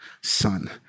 Son